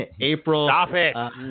April